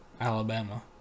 Alabama